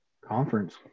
conference